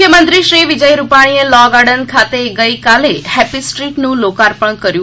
મુખ્યમંત્રી શ્રી વિજય રૂપાણીએ Law Garden ખાતે ગઇકાલે હેપ્પી સ્ટ્રીટનું લોકાર્પણ કર્યું